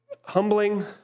humbling